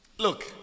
Look